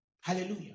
Hallelujah